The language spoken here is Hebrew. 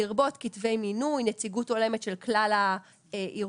לרבות כתבי מינוי, נציגות הולמת של כלל הארגונים.